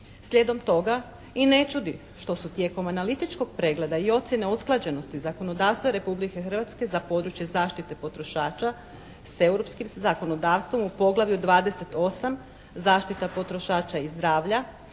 Slijedom toga i ne čudi što su tijekom analitičkog pregleda i ocjene usklađenosti zakonodavstva Republike Hrvatske za područje zaštite potrošača sa europskim zakonodavstvom u poglavlju 28. zaštita potrošača i zdravlja